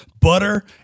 butter